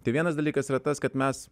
tai vienas dalykas yra tas kad mes